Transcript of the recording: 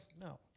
no